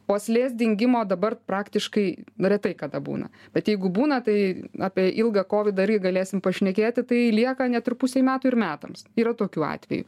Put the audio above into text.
uoslės dingimo dabar praktiškai retai kada būna bet jeigu būna tai apie ilgą kovidą irgi galėsim pašnekėti tai lieka net ir pusei metų ir metams yra tokių atvejų